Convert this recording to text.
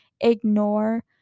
ignore